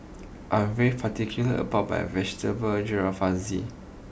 I am very particular about my Vegetable Jalfrezi